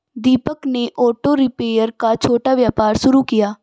दीपक ने auto repair का छोटा व्यापार शुरू किया